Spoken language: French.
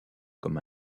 comme